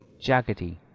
jaggedy